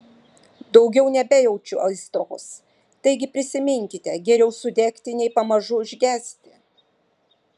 daugiau nebejaučiu aistros taigi prisiminkite geriau sudegti nei pamažu užgesti